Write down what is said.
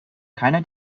keiner